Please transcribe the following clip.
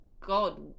god